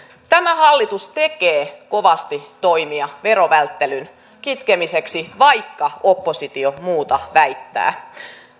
tämä hallitus tekee kovasti toimia verovälttelyn kitkemiseksi vaikka oppositio muuta väittää